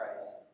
Christ